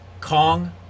Kong